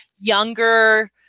younger